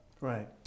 Right